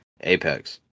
Apex